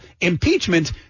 impeachment